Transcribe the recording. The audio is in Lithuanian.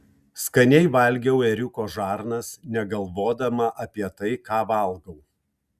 skaniai valgiau ėriuko žarnas negalvodama apie tai ką valgau